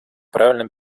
правильным